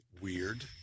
weird